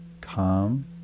calm